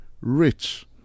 rich